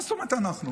מה זאת אומרת "אנחנו"?